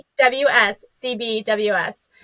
CBWS